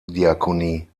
diakonie